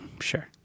Sure